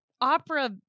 opera